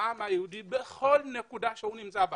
לעם היהודי בכל נקודה שהוא נמצא בה.